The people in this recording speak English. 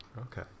Okay